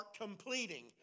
completing